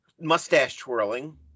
mustache-twirling